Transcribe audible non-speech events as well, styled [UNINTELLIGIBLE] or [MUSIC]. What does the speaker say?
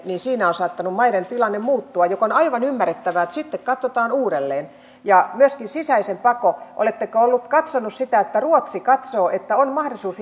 on saattanut maiden tilanne muuttua ja on aivan ymmärrettävää että sitten katsotaan uudelleen myöskin sisäinen pako oletteko katsoneet sitä että ruotsi katsoo että on mahdollisuus [UNINTELLIGIBLE]